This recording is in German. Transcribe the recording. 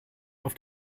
auf